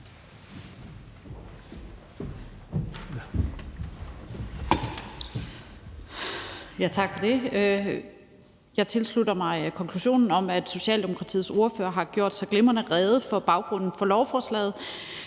Tak for det. Jeg tilslutter mig konklusionen om, at Socialdemokratiets ordfører har gjort så glimrende rede for baggrunden for lovforslaget.